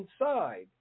inside